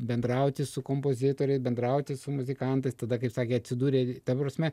bendrauti su kompozitoriais bendrauti su muzikantais tada kaip sakė atsidūrė ta prasme